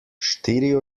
štiri